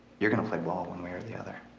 you're gonna play ball one way or the other.